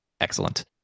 Excellent